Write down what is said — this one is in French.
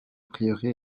prieuré